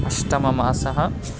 अष्टममासः